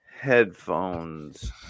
headphones